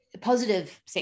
positive